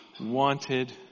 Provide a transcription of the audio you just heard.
wanted